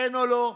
כן או לא.